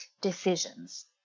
decisions